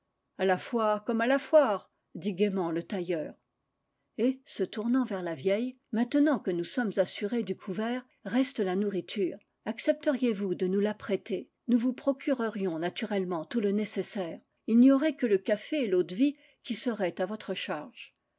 la foire comme à la foire dit gaiement le tailleur et se tournant vers la vieille maintenant que nous sommes assurés du couvert reste la nourriture accepteriez vous de nous l'apprêter nous vous procurerions naturellement tout le nécessaire il n'y aurait que le café et l'eau-de-vie qui seraient à votre charge